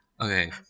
Okay